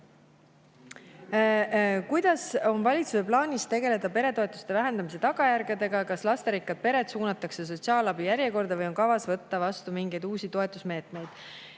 "Kuidas on valitsusel plaanis tegeleda peretoetuste vähendamise tagajärgedega, kas lasterikkad pered suunatakse sotsiaalabi järjekorda või on kavas võtta vastu mingeid uusi toetusmeetmeid?"